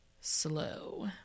slow